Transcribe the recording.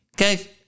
Okay